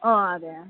ഓ അതെയാ